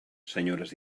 senyores